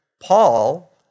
Paul